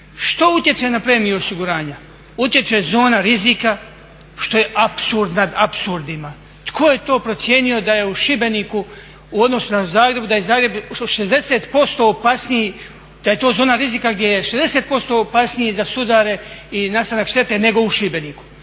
Što utječe na premiju osiguranja? Utječe zona rizika, što je apsurd nad apsurdima. Tko je to procijenio da je u Šibeniku u odnosu na Zagreb, da je Zagreb 60% opasniji, da je to zona rizika gdje je 60% opasniji za sudare i nastanak štete nego u Šibeniku.